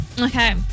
Okay